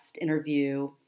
interview